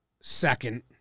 second